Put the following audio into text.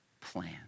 plan